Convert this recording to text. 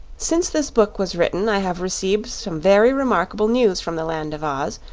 since this book was written i have received some very remarkable news from the land of oz,